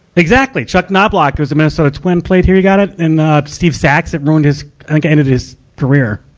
exactly! chuck knoblauch was the minnesota twin, played here who got it. and, ah, steve sax, it ruined his, i think it ended his career.